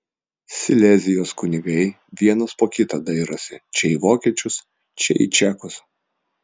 silezijos kunigai vienas po kito dairosi čia į vokiečius čia į čekus